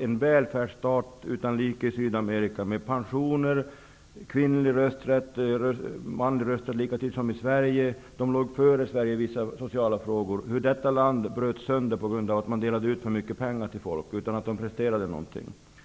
en välfärdsstat utan like i Sydamerika, som hade pensioner och kvinnlig rösträtt -- manlig rösträtt infördes lika tidigt som i Sverige. Man låg före Sverige i vissa sociala frågor. Detta land bröts sönder på grund av att man delade ut för mycket pengar till folk utan att de presterade någonting.